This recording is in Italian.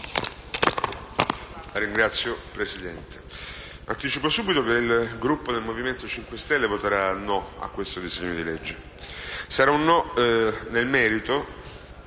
Signor Presidente, anticipo subito che il Gruppo del Movimento 5 Stelle voterà contro questo disegno di legge. Sarà un no nel merito,